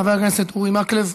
חבר הכנסת אורי מקלב,